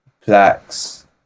plaques